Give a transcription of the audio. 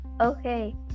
Okay